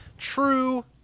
True